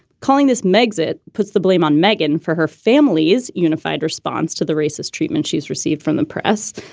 calling this meg's. it puts the blame on megan for her family's unified response to the racist treatment she's received from the press.